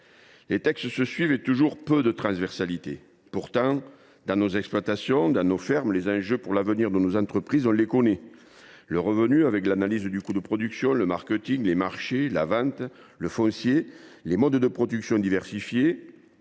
Les textes se suivent, et toujours aussi peu de transversalité… Pourtant, dans nos exploitations, dans nos fermes, les enjeux pour l’avenir de nos entreprises, nous les connaissons. Il y a le revenu, avec l’analyse des coûts de production, le marketing, les marchés, la vente, le foncier, etc. Il y a la diversification